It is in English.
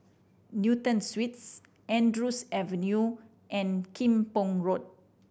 Newton Suites Andrews Avenue and Kim Pong Road